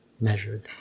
measured